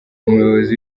umuyobozi